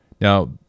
Now